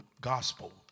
gospel